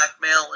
blackmail